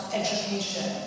education